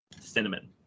cinnamon